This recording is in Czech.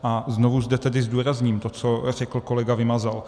A znovu zde tedy zdůrazním to, co řekl kolega Vymazal.